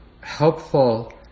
helpful